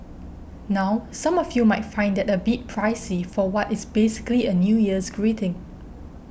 now some of you might find that a bit pricey for what is basically a New Year's greeting